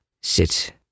sit